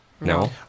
No